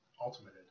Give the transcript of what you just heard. ultimated